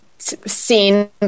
seen